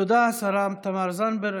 תודה, השרה תמר זנדברג.